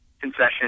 concession